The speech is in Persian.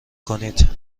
کنید